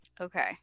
Okay